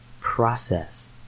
process